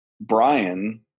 Brian